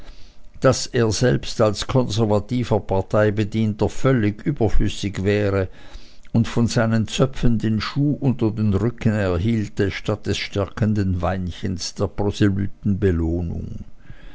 daß er selbst als konservativer parteibedienter völlig überflüssig wäre und von seinen zöpfen den schuh unter den rücken erhielte statt des stärkenden weinchens der